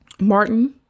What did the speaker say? Martin